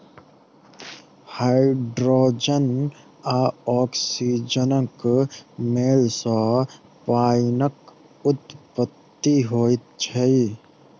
hydrogen आ औक्सीजनक मेल सॅ पाइनक उत्पत्ति होइत छै